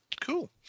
Cool